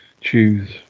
choose